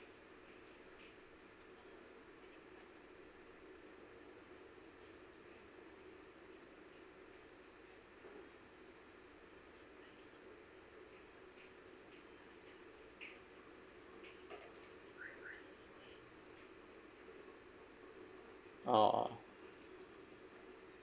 oh